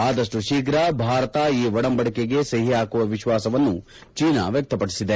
ಆದಷ್ಟು ಶೀಘ್ರ ಭಾರತ ಈ ಒಡಂಬಡಿಕೆಗೆ ಸಹಿ ಹಾಕುವ ವಿಶ್ವಾಸವನ್ನು ಚೀನಾ ವ್ಯಕ್ತಪದಿಸಿದೆ